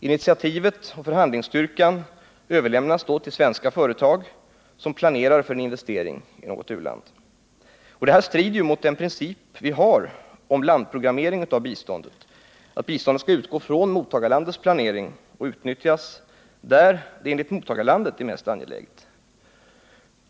Initiativet och förhandlingsstyrkan överlämnas därigenom till svenska företag som planerar en investering i något u-land. Det strider mot den princip vi har i fråga om landprogrammering av biståndet, dvs. att biståndet skall utgå från mottagarlandets planering och utnyttjas där det enligt mottagarlandet är mest angeläget.